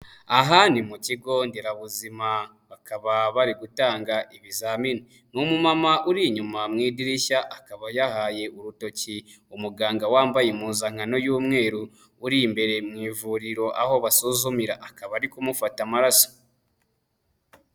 Aha ni mu kigo nderabuzima bakaba bari gutanga ibizamini, ni umumama uri inyuma mu idirishya, akaba yahaye urutoki umuganga wambaye impuzankano y'umweru uri imbere mu ivuriro aho basuzumira, akaba ari kumufata amaraso.